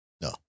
No